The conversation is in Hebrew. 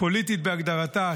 הפוליטית בהגדרתה,